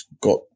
got